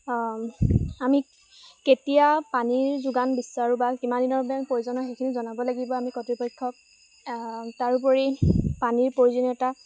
আমি কেতিয়া পানীৰ যোগান বিচাৰোঁ বা কিমান দিনৰ বাবে প্ৰয়োজনীয় সেইখিনি জনাব লাগিব আমি কৰ্তৃপক্ষক তাৰোপৰি পানীৰ প্ৰয়োজনীয়তা